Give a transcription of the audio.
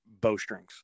bowstrings